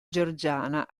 georgiana